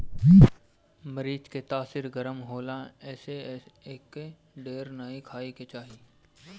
मरीच के तासीर गरम होला एसे एके ढेर नाइ खाए के चाही